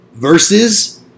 versus